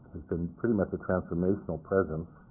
been pretty much a transformational presence.